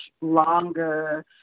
longer